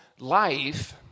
Life